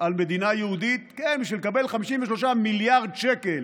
על מדינה יהודית, כן, בשביל לקבל 53 מיליארד שקל